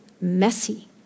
messy